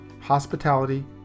Hospitality